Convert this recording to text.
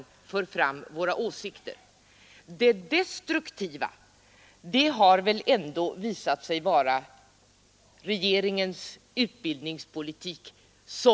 När det gäller de delar av skolan som i dag inte fungerar till belåtenhet har väl det destruktiva ändå varit regeringens utbildningspolitik.